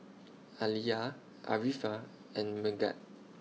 Alya Arifa and Megat